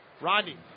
Rodney